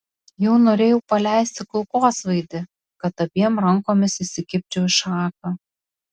jau norėjau paleisti kulkosvaidį kad abiem rankomis įsikibčiau į šaką